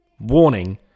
warning